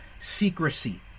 secrecy